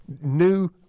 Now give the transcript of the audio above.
new